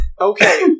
Okay